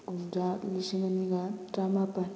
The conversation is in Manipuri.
ꯀꯨꯝꯖꯥ ꯂꯤꯁꯤꯡ ꯑꯅꯤꯒ ꯇꯔꯥ ꯃꯥꯄꯟ